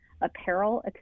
apparel